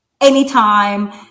anytime